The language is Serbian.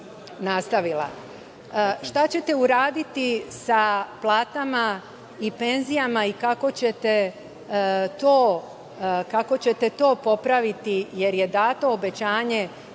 nastavila. Šta ćete uraditi sa platama i penzijama i kako ćete to popraviti, jer je dato obećanje